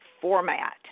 format